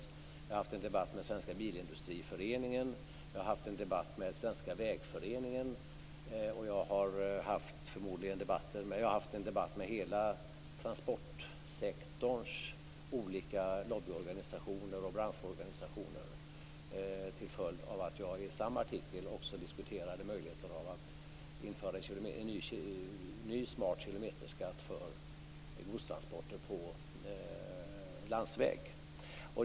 Jag har haft en debatt med Svenska bilindustriföreningen, jag har haft en debatt med Svenska vägföreningen och jag har haft en debatt med hela transportsektorns olika lobbyorganisationer och branschorganisationer till följd av att jag i samma artikel också diskuterade möjligheter av att införa en ny smart kilometerskatt för godstransporter på landsväg.